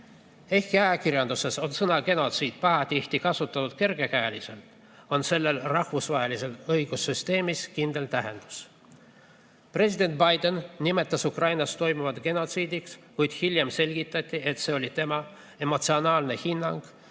Ehkki ajakirjanduses on pahatihti kasutatud sõna "genotsiid" kergekäeliselt, on sellel rahvusvahelises õigussüsteemis kindel tähendus. President Biden nimetas Ukrainas toimuvat genotsiidiks, kuid hiljem selgitati, et see oli tema emotsionaalne hinnang